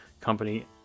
company